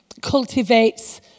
cultivates